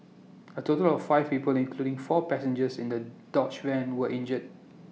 A total of five people including four passengers in the dodge van were injured